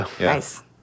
Nice